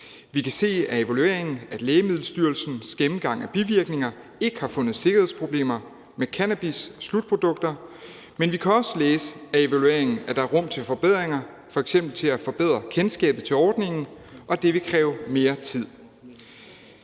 Vi kan se af evalueringen, at Lægemiddelstyrelsens gennemgang af bivirkninger ikke har fundet sikkerhedsproblemer med cannabisslutprodukter, men vi kan også læse af evalueringen, at der er rum til forbedringer, f.eks. til at forbedre kendskabet til ordningen, og det vil kræve mere tid.